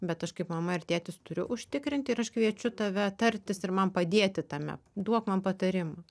bet aš kaip mama ir tėtis turiu užtikrinti ir aš kviečiu tave tartis ir man padėti tame duok man patarimų